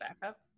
backup